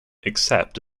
except